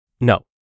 no